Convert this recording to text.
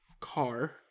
car